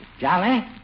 Jolly